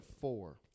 four